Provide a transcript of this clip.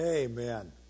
Amen